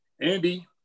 andy